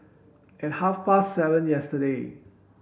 at half past seven yesterday